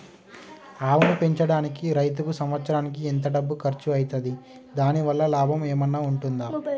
ఆవును పెంచడానికి రైతుకు సంవత్సరానికి ఎంత డబ్బు ఖర్చు అయితది? దాని వల్ల లాభం ఏమన్నా ఉంటుందా?